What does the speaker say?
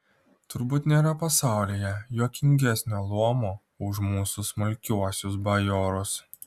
turbūt nėra pasaulyje juokingesnio luomo už mūsų smulkiuosius bajorus